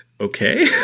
Okay